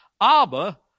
Abba